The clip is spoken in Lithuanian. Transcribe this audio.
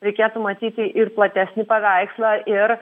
reikėtų matyti ir platesnį paveikslą ir